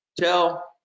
tell